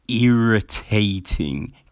irritating